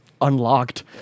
unlocked